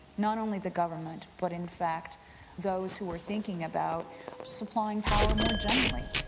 not only the government, but in fact those who are thinking about supplying power more generally.